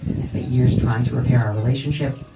i spent years trying to repair our relationship,